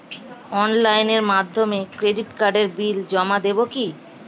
অনলাইনের মাধ্যমে ক্রেডিট কার্ডের বিল জমা দেবো কি?